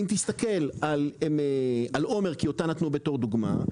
אם תסתכל על עומר כי אותה נתנו בתור דוגמה,